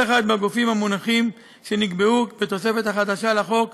אחד מהגופים המונחים שנקבעו בתוספת החדשה לחוק,